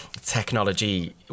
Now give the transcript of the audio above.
technology